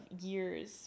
years